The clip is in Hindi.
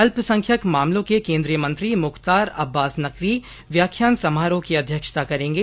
अल्पसंख्यक मामलों के केन्द्रीय मंत्री मुख्तार अब्बास नकवी व्याख्यान समारोह की अध्यक्षता करेंगे